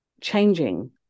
changing